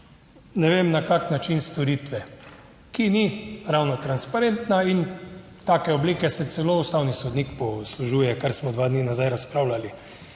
ne vem na kakšen način, storitve, ki ni ravno transparentna in take oblike se celo ustavni sodnik poslužuje, kar smo dva dni nazaj razpravljali.